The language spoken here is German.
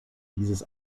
dieses